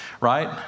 right